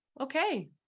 okay